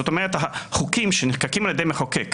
זאת אומרת החוקים שנחקקים על ידי מחוקק,